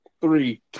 Three